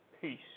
Peace